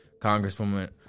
Congresswoman